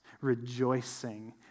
rejoicing